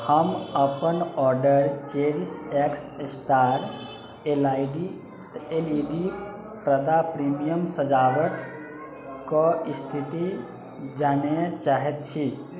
हम अपन order Cherish X Star L E D पर्दा प्रीमियम सजावट कऽ स्थिति जानए चाहैत छी